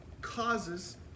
causes